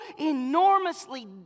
enormously